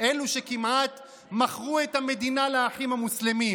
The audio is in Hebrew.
אלו שכמעט מכרו את המדינה לאחים המוסלמים,